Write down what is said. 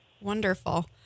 wonderful